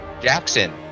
Jackson